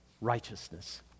righteousness